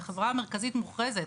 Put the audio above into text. החברה המרכזית מוכרזת.